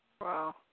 Wow